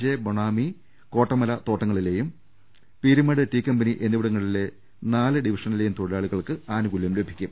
J Bonami Kottamala തോട്ടങ്ങളിലേയും Peerumedu tea company എന്നിവിടങ്ങളിലെ നാല് ഡിവിഷനിലേയും തൊഴി ലാളികൾക്ക് ആനൂകൂല്യം ലഭിക്കും